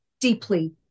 deeply